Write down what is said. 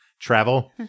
Travel